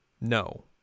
No